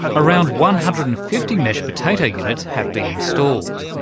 around one hundred and fifty mesh potato units have been installed.